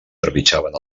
trepitjaven